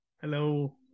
Hello